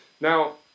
Now